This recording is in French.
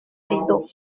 rideaux